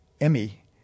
Emmy